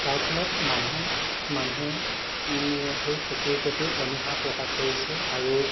তাৰ ফলত মানুহ মানুহে সেই খেতিৰ প্ৰতি অনীহা প্ৰকাশ কৰিছে আৰু